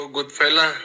Goodfella